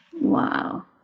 Wow